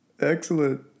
Excellent